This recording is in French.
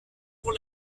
pour